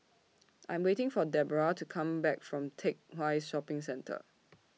I Am waiting For Debroah to Come Back from Teck Whye Shopping Centre